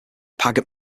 paget